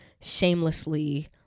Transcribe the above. shamelessly